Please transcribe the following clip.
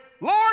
Lord